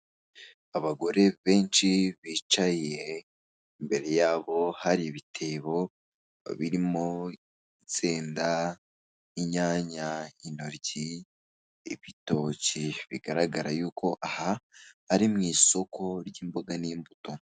Abagore benshi bicaye imbere yabo hari ibitebo birimo intsenda, inyanya, intoryi, ibitoki bigaragara yuko aha ari mu isoko ry'imboga n'imbuto.